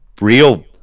real